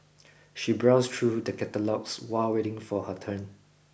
she browsed through the catalogues while waiting for her turn